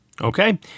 Okay